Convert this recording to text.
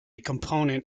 component